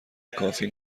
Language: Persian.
کافی